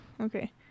Okay